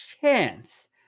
chance